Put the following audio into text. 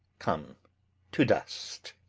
come to dust.